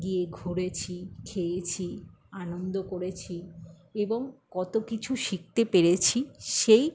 গিয়ে ঘুরেছি খেয়েছি আনন্দ করেছি এবং কত কিছু শিখতে পেরেছি সেই